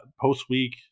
post-week